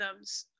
algorithms